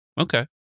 Okay